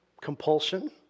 compulsion